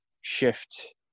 shift